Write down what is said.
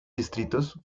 distritos